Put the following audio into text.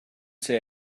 say